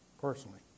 personally